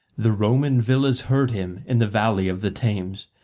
the roman villas heard him in the valley of the thames,